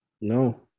No